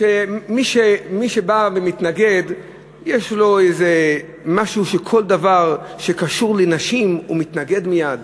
שמי שבא ומתנגד יש לו איזה משהו שכל דבר שקשור לנשים הוא מתנגד מייד.